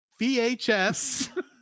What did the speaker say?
vhs